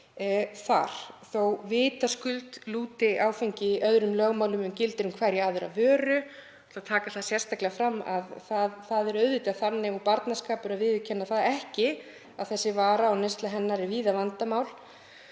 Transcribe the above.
þar, þótt vitaskuld lúti áfengi öðrum lögmálum en gilda um hverja aðra vöru. Ég ætla að taka það sérstaklega fram að það er auðvitað þannig, og barnaskapur að viðurkenna það ekki, að þessi vara og neysla hennar er víða vandamál.